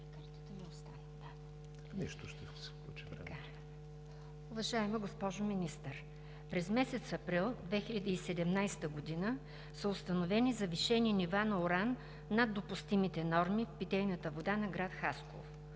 Уважаема госпожо Министър, през месец април 2017 г. са установени завишени нива на уран над допустимите норми в питейната вода на град Хасково.